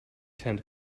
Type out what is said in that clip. tent